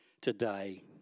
today